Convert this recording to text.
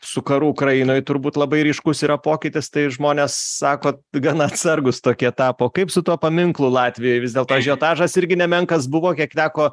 su karu ukrainoj turbūt labai ryškus yra pokytis tai žmonės sako gana atsargūs tokie tapo kaip su tuo paminklu latvijoj vis dėlto ažiotažas irgi nemenkas buvo kiek teko